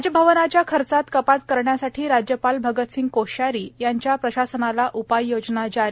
राजभवनाच्या खर्चात कपात करण्यासाठी राज्यपाल भगतसिंग कोश्यारी यांच्या प्रशासनाला उपाययोजना जारी